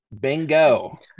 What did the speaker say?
bingo